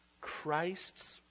Christ's